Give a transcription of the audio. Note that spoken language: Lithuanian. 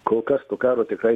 kol kas to karo tikrai